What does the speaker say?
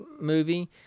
movie